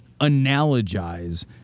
analogize